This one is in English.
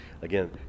Again